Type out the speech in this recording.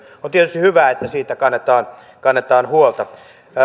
on tietysti hyvä että siitä kannetaan kannetaan huolta